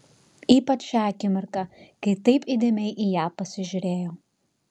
ypač šią akimirką kai taip įdėmiai į ją pasižiūrėjo